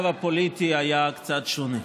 המצב הפוליטי היה קצת שונה.